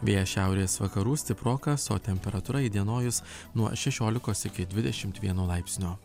vėjas šiaurės vakarų stiprokas o temperatūra įdienojus nuo šešiolikos iki dvidešimt vieno laipsnio